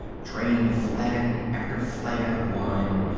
drained flagon after flagon of wine,